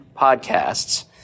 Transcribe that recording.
podcasts